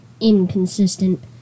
inconsistent